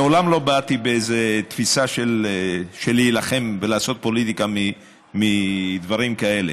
מעולם לא באתי באיזו תפיסה של להילחם ולעשות פוליטיקה מדברים כאלה.